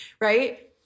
right